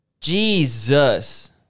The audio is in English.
Jesus